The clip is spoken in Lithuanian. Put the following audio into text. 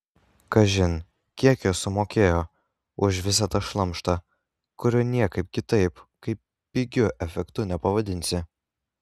kažin kiek jos sumokėjo už visą tą šlamštą kurio niekaip kitaip kaip pigiu efektu nepavadinsi